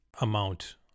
amount